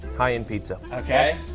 high end pizza. ok.